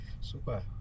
Super